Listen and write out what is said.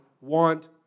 want